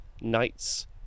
knights